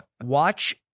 Watch